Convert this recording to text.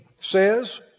says